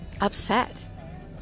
upset